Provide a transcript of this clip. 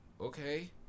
okay